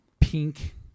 pink